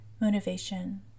motivation